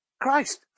Christ